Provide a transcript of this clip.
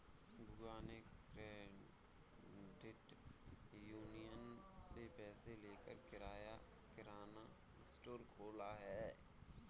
बुआ ने credit union से पैसे लेकर किराना स्टोर खोला है